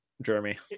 Jeremy